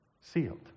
sealed